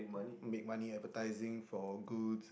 make money advertising for good